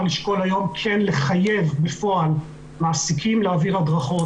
לשקול היום כן לחייב בפועל מעסיקים להעביר הדרכות